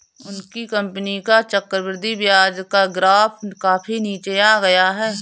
उनकी कंपनी का चक्रवृद्धि ब्याज का ग्राफ काफी नीचे आ गया है